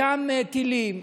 אותם טילים,